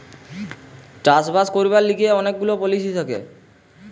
চাষ বাস করবার লিগে অনেক গুলা পলিসি থাকে